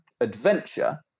adventure